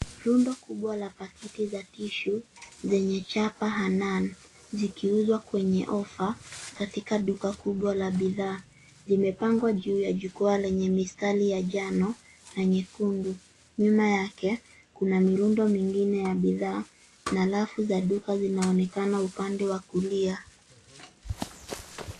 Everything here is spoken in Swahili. Rundo kubwa la pakiti za tissue lenye chapa hanan likiuzwa kwenye ofa katika duka kubwa la bidhaa limepangwa kwenye jukwaa lenye mistari ya njano na nyekundu. Nyuma yake, kuna mirundo mingine ya bidhaa na rafu za duka zinaonekana upande wa kulia.